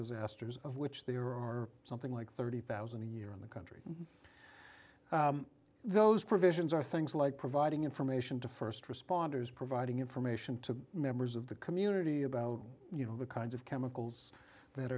disasters of which there are something like thirty thousand dollars a year in the country those provisions are things like providing information to st responders providing information to members of the community about you know the kinds of chemicals that